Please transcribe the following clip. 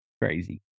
crazy